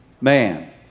man